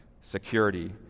security